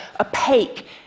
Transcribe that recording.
opaque